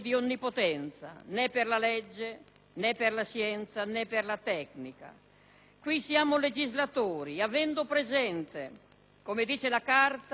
Qui siamo legislatori avendo presente, come dice la Carta, la dimensione universale del valore della persona e del bene comune.